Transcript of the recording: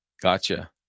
gotcha